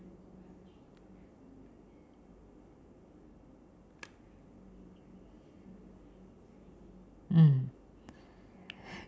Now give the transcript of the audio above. mm